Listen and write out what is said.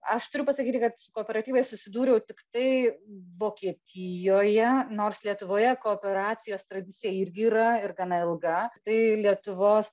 aš turiu pasakyti kad su kooperatyvais susidūriau tiktai vokietijoje nors lietuvoje kooperacijos tradicija irgi yra ir gana ilga tai lietuvos